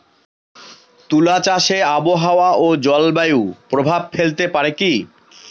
তুলা চাষে আবহাওয়া ও জলবায়ু প্রভাব ফেলতে পারে কি?